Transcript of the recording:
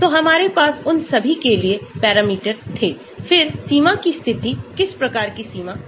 तो हमारे पास उन सभी के लिए पैरामीटर थे फिर सीमा की शर्तेँ किस प्रकार की सीमा शर्तेँ